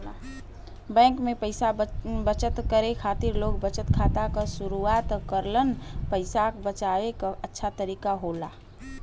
bank में पइसा बचत करे खातिर लोग बचत खाता क शुरआत करलन पइसा बचाये क अच्छा तरीका होला